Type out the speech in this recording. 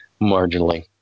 marginally